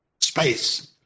space